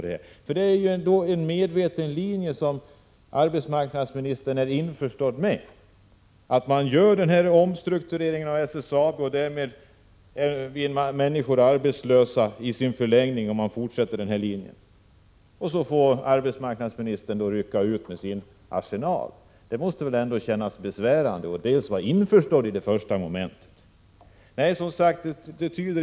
Det är ändå en medveten politik, som arbetsmarknadsministern är införstådd med, att omstruktureringen av SSAB skall göras, varigenom i förlängningen människor blir arbetslösa. Då får sedan arbetsmarknadsministern rycka ut med sin arsenal. Det måste kännas besvärande att behöva vara införstådd med det första ledet av denna politik.